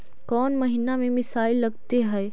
कौन महीना में मिसाइल लगते हैं?